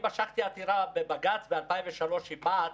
משכתי עתירה בבג"ץ ב-2003 עם מע"צ,